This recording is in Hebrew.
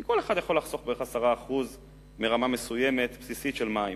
כי כל אחד יכול לחסוך בערך 10% מרמה מסוימת בסיסית של מים.